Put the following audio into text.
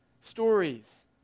stories